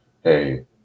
hey